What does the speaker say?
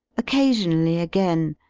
occasionally, again,